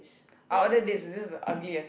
I ordered this this is the ugliest